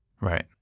Right